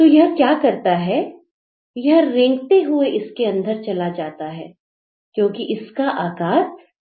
तो यह क्या करता है यह रेंगते हुए इसके अंदर चला जाता है क्योंकि इसका आकार लचीला है